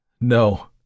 No